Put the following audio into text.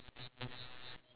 it's grey colour